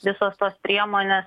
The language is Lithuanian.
visos tos priemonės